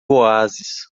oásis